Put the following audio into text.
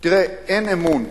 אין אמון,